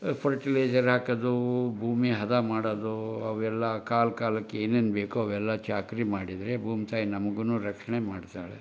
fertiliser ಹಾಕೋದು ಅವೆಲ್ಲ ಕಾಲ ಕಾಲಕ್ಕೆ ಏನೇನು ಬೇಕೋ ಅವೆಲ್ಲ ಚಾಕರಿ ಮಾಡಿದರೆ ಭೂಮಿ ತಾಯಿ ನಮಗೂ ರಕ್ಷಣೆ ಮಾಡ್ತಾಳೆ